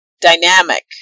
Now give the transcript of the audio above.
dynamic